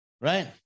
right